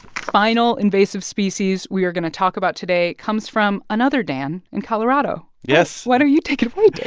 final invasive species we are going to talk about today comes from another dan in colorado yes why don't you take it away, dan?